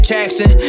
Jackson